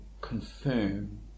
confirm